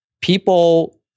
people